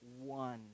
one